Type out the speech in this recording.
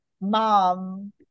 mom